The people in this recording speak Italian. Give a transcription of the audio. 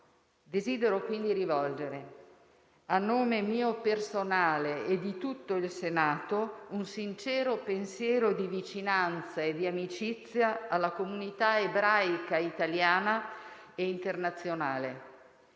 Desidero quindi rivolgere, a nome mio personale e di tutto il Senato, un sincero pensiero di vicinanza e di amicizia alla comunità ebraica italiana e internazionale.